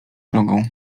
drogą